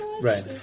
Right